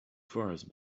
forest